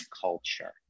culture